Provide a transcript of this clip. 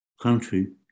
country